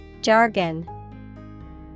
Jargon